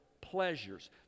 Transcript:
pleasures